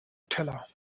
teller